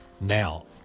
Now